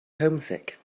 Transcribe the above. homesick